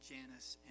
Janice